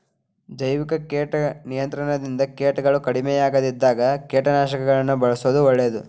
ಜೈವಿಕ ಕೇಟ ನಿಯಂತ್ರಣದಿಂದ ಕೇಟಗಳು ಕಡಿಮಿಯಾಗದಿದ್ದಾಗ ಕೇಟನಾಶಕಗಳನ್ನ ಬಳ್ಸೋದು ಒಳ್ಳೇದು